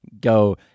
go